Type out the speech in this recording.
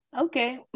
Okay